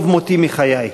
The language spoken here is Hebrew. טוב מותי מחיי.